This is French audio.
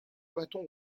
bâtons